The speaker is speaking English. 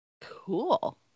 Cool